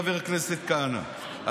חבר הכנסת כהנא,